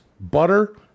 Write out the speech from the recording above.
butter